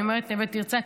אני אומרת נווה תרצה,